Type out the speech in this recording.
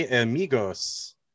amigos